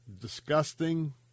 disgusting